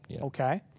Okay